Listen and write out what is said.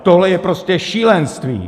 Tohle je prostě šílenství!